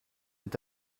est